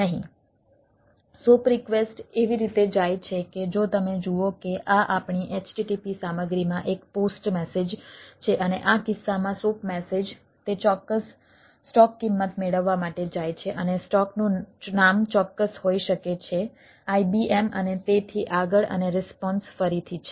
SOAP request એવી રીતે જાય છે કે જો તમે જુઓ કે આ આપણી http સામગ્રીમાં એક પોસ્ટ મેસેજ કિંમત મેળવવા માટે જાય છે અને સ્ટોકનું નામ ચોક્કસ હોઈ શકે છે IBM અને તેથી આગળ અને રિસ્પોન્સ ફરીથી છે